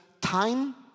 time